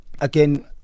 again